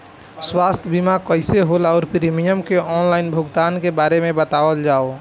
स्वास्थ्य बीमा कइसे होला और प्रीमियम के आनलाइन भुगतान के बारे में बतावल जाव?